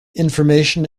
information